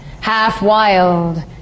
half-wild